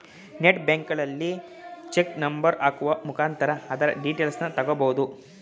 net ಬ್ಯಾಂಕಿಂಗಲ್ಲಿ cheque number ಹಾಕುವ ಮುಖಾಂತರ ಅದರ ಡೀಟೇಲ್ಸನ್ನ ತಗೊಬೋದು